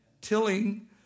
Tilling